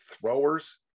throwers